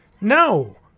No